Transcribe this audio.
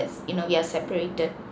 you know we are separated